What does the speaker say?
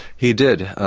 he did.